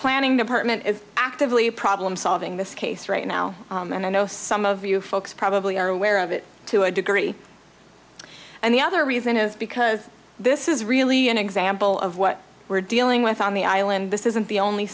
planning department is actively problem solving this case right now and i know some of you folks probably are aware of it to a degree and the other reason is because this is really an example of what we're dealing with on the island this isn't the only